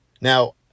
Now